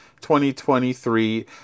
2023